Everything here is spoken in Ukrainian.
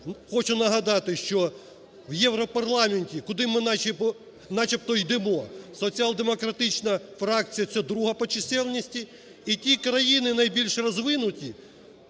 хочу нагадати, що в Європарламенті, куди ми начебто йдемо, Соціал-демократична фракція – це друга по чисельності. І ті країни найбільш розвинуті,